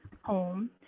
home